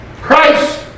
Christ